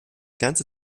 ganze